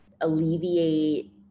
alleviate